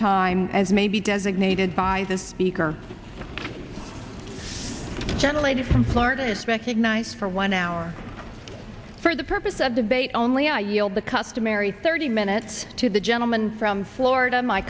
time as may be designated by the speaker generated from florida is recognized for one hour for the purpose of debate only i yield the customary thirty minutes to the gentleman from florida my